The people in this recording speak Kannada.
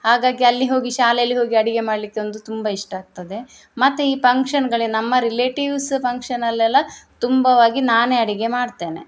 ಹಾಗಾಗಿ ಅಲ್ಲಿ ಹೋಗಿ ಶಾಲೆಲಿ ಹೋಗಿ ಅಡುಗೆ ಮಾಡಲಿಕ್ಕೆ ಒಂದು ತುಂಬ ಇಷ್ಟ ಆಗ್ತದೆ ಮತ್ತೆ ಈ ಫಂಕ್ಷನ್ಗಳೇ ನಮ್ಮ ರಿಲೇಟಿವ್ಸ್ ಫಂಕ್ಷನಲ್ಲೆಲ್ಲ ತುಂಬವಾಗಿ ನಾನೇ ಅಡುಗೆ ಮಾಡ್ತೇನೆ